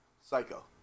Psycho